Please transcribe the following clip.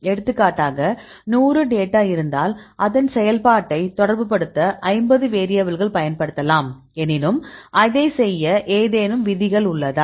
எடுத்துக்காட்டாக 100 டேட்டா இருந்தால் அதன் செயல்பாட்டை தொடர்புபடுத்த 50 வேரியபில்கள் பயன்படுத்தலாம் எனினும் அதை செய்ய ஏதேனும் விதிகள் உள்ளதா